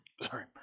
Sorry